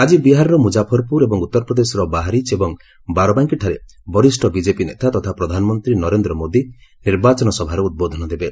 ଆଜି ବିହାରର ମୁଜାଫରପୁର ଏବଂ ଉତ୍ତରପ୍ରଦେଶର ବାହାରିଚ୍ ଏବଂ ବାରବାଙ୍କିଠାରେ ବରିଷ୍ଣ ବିଜେପି ନେତା ତଥା ପ୍ରଧାନମନ୍ତ୍ରୀ ନରେନ୍ଦ୍ର ମୋଦି ନିର୍ବାଚନ ସଭାରେ ଉଦ୍ବୋଧନ ଦେବେ